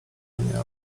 mnie